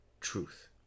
truth